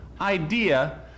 idea